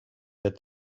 that